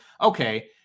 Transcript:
Okay